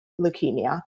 leukemia